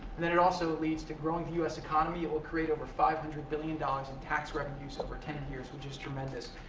and then it also leads to growing the u s. economy. it will create over five hundred billion dollars in tax revenues over ten and years, which is tremendous.